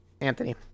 Anthony